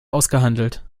ausgehandelt